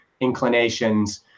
inclinations